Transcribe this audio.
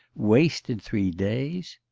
wasted three days